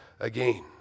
again